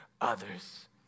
others